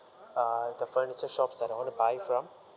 uh the furniture shops that I want to buy from